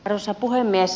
arvoisa puhemies